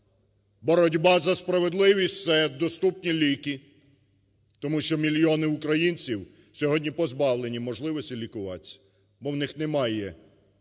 Боротьба за справедливість – це доступні ліки. Тому що мільйони українців сьогодні позбавлені можливості лікуватись, бо у них немає пенсії,